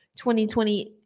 2020